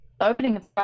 opening